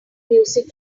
music